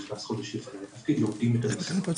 הניקוז שגם הוא נכנס לתפקיד רק חודש לפניי עובדים על הנושא.